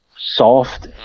soft